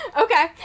Okay